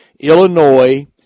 Illinois